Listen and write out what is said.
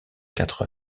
quatre